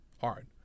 Hard